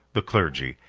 the clergy,